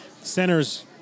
Centers